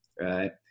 right